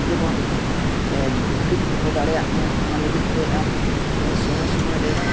ᱡᱮᱢᱚᱱ ᱜᱷᱟᱹᱲᱤ ᱫᱚᱦᱚ ᱫᱟᱲᱮᱭᱟᱜ ᱢᱮ ᱚᱱᱟ ᱞᱟᱹᱜᱤᱫᱛᱮ ᱟᱢ ᱥᱚᱢᱚᱭ ᱥᱚᱢᱚᱭᱨᱮ